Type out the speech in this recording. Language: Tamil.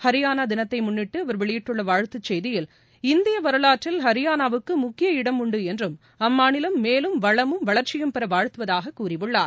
ஹரியானா தினத்தை முன்னிட்டு அவர் வெளியிட்டுள்ள வாழ்த்துச் செய்தியில் இந்திய வரவாற்றில் ஹரியானாவுக்கு முக்கிய இடம் உண்டு என்றும் அம்மாநிலம் மேலும் வளமும் வளர்ச்சியும் பெற வாழ்த்துவதாக கூறியுள்ளார்